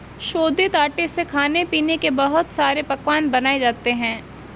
शोधित आटे से खाने पीने के बहुत सारे पकवान बनाये जाते है